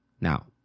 Now